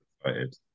excited